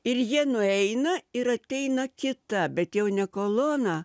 ir jie nueina ir ateina kita bet jau ne kolona